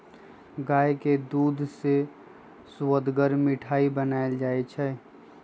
गाय के दूध से सुअदगर मिठाइ बनाएल जाइ छइ